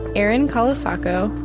erin colasacco,